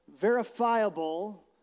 verifiable